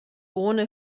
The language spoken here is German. ohne